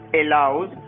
allows